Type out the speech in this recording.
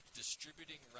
distributing